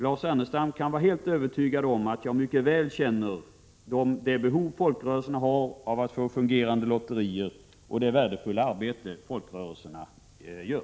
Lars Ernestam kan vara helt övertygad om att jag mycket väl känner till de behov som folkrörelserna har av att få fungerande lotterier och det värdefulla arbete som folkrörelserna utför.